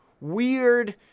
weird